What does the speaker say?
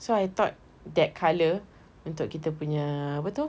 so I thought that colour untuk kita punya apa tu